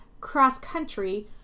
cross-country